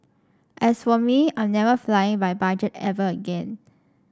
as for me I'm never flying by budget ever again